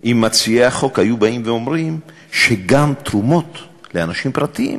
אם מציעי החוק היו באים ואומרים שגם תרומות של אנשים פרטיים,